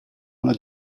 alla